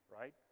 Right